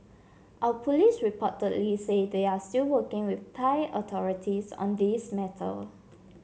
our police reportedly say they are still working with Thai authorities on this matter